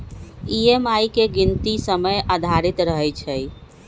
EMI के गीनती समय आधारित रहै छइ